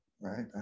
right